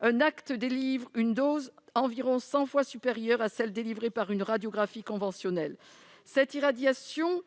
Un acte délivre une dose environ 100 fois supérieure à celle que délivre une radiographie conventionnelle. Cette irradiation